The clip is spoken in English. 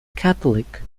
catholic